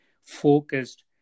focused